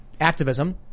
activism